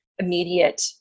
Immediate